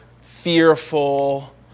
fearful